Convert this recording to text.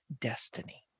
destiny